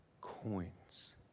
coins